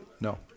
No